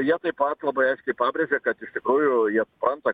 jie taip pat labai aiškiai pabrėžė kad iš tikrųjų jie supranta